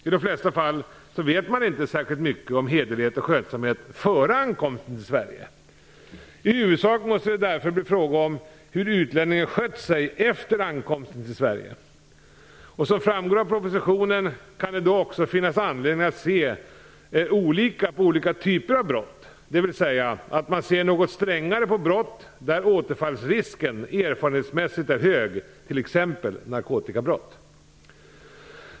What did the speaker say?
I de flesta fall vet man inte särskilt mycket om hederlighet och skötsamhet före ankomsten till Sverige. I huvudsak måste det därför bli fråga om hur utlänningen skött sig efter ankomsten till Sverige. Som framgår av propositionen kan det då också finnas anledning att se olika på olika typer av brott, dvs. man ser något strängare på brott där återfallsrisken erfarenhetsmässigt är hög, t.ex.